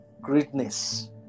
greatness